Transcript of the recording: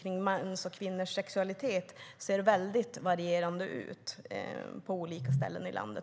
handlar om mäns och kvinnors sexualitet ser väldigt olika ut på olika ställen i landet.